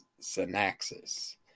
Synaxis